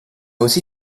aussi